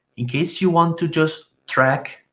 in case you want to just track,